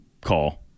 call